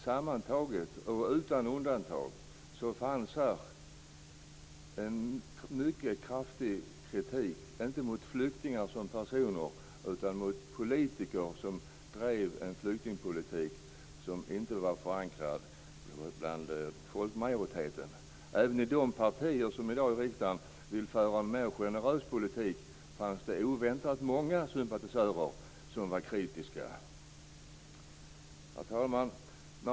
Sammantaget och utan undantag fanns här helt klart en mycket kraftig kritik, inte mot flyktingar som personer utan mot politiker som drev en flyktingpolitik som inte var förankrad bland folkmajoriteten. Även i de partier i riksdagen som i dag vill föra en mer generös politik fanns det oväntat många sympatisörer som var kritiska. Herr talman!